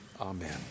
Amen